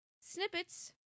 snippets